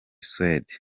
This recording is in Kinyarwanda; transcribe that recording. suwede